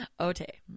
Okay